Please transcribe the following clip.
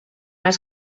els